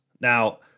Now